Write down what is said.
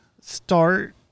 start